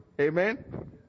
Amen